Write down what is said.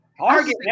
Target